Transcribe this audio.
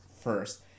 first